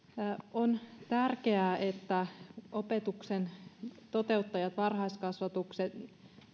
on tärkeää että opetuksen toteuttajat varhaiskasvatuksen